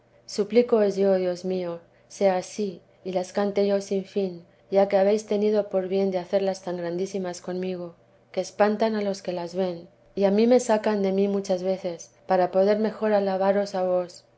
cantar suplicóos yo dios mío sea ansí y las cante yo sin fin ya que habéis tenido por bien de hacerlas tan grandísimas conmigo que espantan a los que las ven y a mí vida de la santa madre sacan de mí muchas veces para poder mejor alabaros a